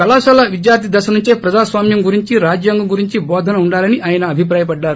కళాశాల విద్యార్ది దశ నుంచే ప్రజాస్వామ్యం గురించి రాజ్యాంగం గురించి బోధన ఉండాలని ఆయన అభిప్రాయపడ్లారు